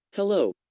Hello